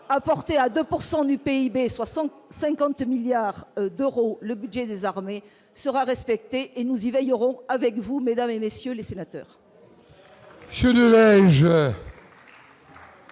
2 pourcent du du PIB 60 50 milliards d'euros, le budget des armées sera respectée et nous y veillerons avec vous, mesdames et messieurs les sénateurs.